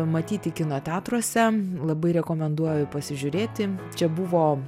matyti kino teatruose labai rekomenduoju pasižiūrėti čia buvo